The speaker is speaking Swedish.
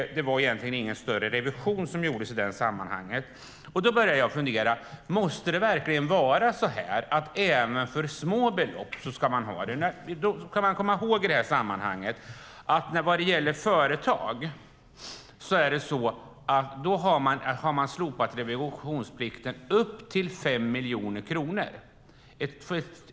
Det var egentligen ingen större revision som gjordes i det sammanhanget. Då började jag fundera över om det måste vara så att det även för små belopp ska vara en auktoriserad revisor. Vi får komma ihåg i sammanhanget att för företag har revisionsplikten slopats för belopp upp till 5 miljoner kronor.